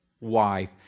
wife